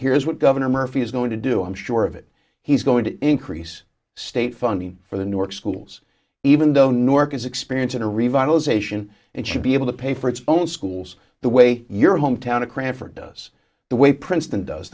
here is what gov murphy is going to do i'm sure of it he's going to increase state funding for the new york schools even though nork is experiencing a revitalization and should be able to pay for its own schools the way your hometown of cranford does the way princeton does